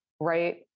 right